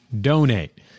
donate